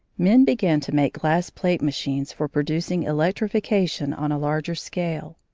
men began to make glass plate machines for producing electrification on a larger scale.